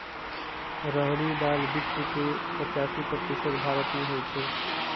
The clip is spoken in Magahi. रहरी दाल विश्व के पचासी प्रतिशत भारतमें होइ छइ